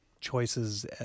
choices